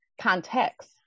context